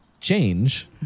change